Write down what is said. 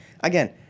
Again